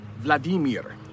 Vladimir